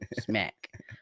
Smack